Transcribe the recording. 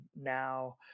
now